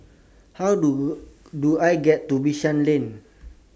How Do Do I get to Bishan Lane